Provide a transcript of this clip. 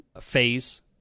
phase